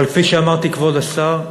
אבל כפי שאמרתי, כבוד השר,